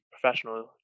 professional